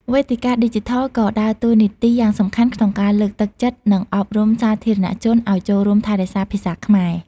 វេទិកាឌីជីថលក៏ដើរតួនាទីយ៉ាងសំខាន់ក្នុងការលើកទឹកចិត្ត និងអប់រំសាធារណជនឱ្យចូលរួមថែរក្សាភាសាខ្មែរ។